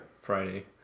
Friday